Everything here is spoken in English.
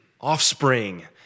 offspring